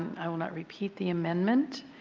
i will not repeat the amendment.